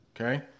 Okay